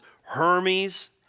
Hermes